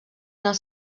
els